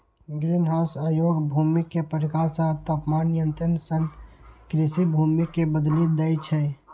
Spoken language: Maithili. ग्रीनहाउस अयोग्य भूमि कें प्रकाश आ तापमान नियंत्रण सं कृषि भूमि मे बदलि दै छै